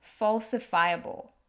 falsifiable